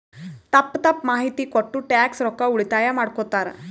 ತಪ್ಪ ತಪ್ಪ ಮಾಹಿತಿ ಕೊಟ್ಟು ಟ್ಯಾಕ್ಸ್ ರೊಕ್ಕಾ ಉಳಿತಾಯ ಮಾಡ್ಕೊತ್ತಾರ್